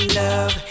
love